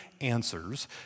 answers